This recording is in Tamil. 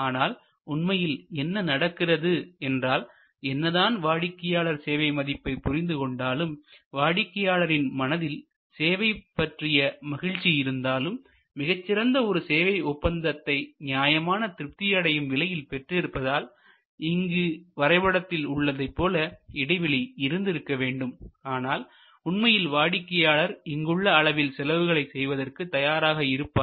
ஆனால் உண்மையில் என்ன நடக்கிறது என்றால் என்னதான் வாடிக்கையாளர் சேவை மதிப்பை புரிந்து கொண்டாலும் வாடிக்கையாளரின் மனதில் சேவை பற்றிய மகிழ்ச்சி இருந்தாலும் மிகச்சிறந்த ஒரு சேவை ஒப்பந்தத்தை நியாயமான திருப்தி அடையும் விலையில் பெற்றுஇருப்பதால் இங்கு வரைபடத்தில் உள்ளதைப்போல இடைவெளி இருந்திருக்க வேண்டும் ஆனால் உண்மையில் வாடிக்கையாளர் இங்குள்ள அளவில் செலவுகளை செய்வதற்கு தயாராக இருப்பார்